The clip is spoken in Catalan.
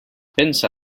pensa